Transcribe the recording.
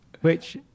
which-